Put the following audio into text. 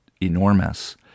enormous